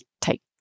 take